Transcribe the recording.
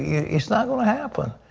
yeah it's not going to happen.